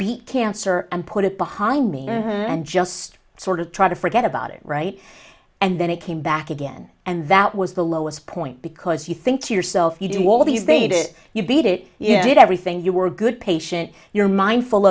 beat cancer and put it behind me and just sort of try to forget about it right and then it came back again and that was the lowest point because you think to yourself you do all these they did it you beat it if you did everything you were a good patient you're mindful